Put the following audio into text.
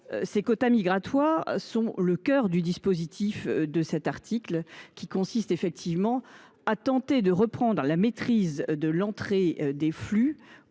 Ces quotas migratoires sont le cœur du dispositif de cet article, qui vise à tenter de reprendre la maîtrise de l’entrée des flux